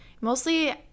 mostly